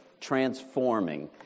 transforming